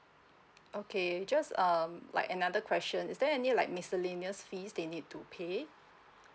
okay just um like another question is there any like miscellaneous fees they need to pay